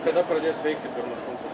kada pradės veikti pirmas punktas